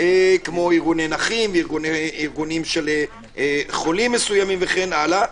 כמו ארגוני נכים וארגונים של חולים מסוימים וכן הלאה,